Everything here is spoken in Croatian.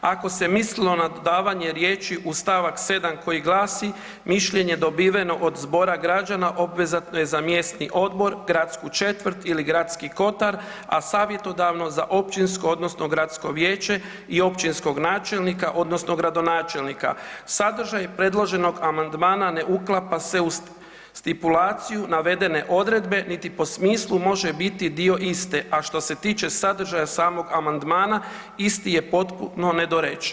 Ako se mislilo na dodavanje riječi u stavak 7. koji glasi: „Mišljenje dobiveno od zbora građana obvezatno je za mjesni odbor, gradsku četvrt ili gradski kotar, a savjetodavno za općinsko odnosno gradsko vijeće i općinskog načelnika, odnosno gradonačelnika.“ Sadržaj predloženog amandmana ne uklapa se u stipulaciju navedene odredbe niti po smislu može biti dio iste, a što se tiče sadržaja samog amandmana isti je potpuno nedorečen.